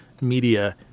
media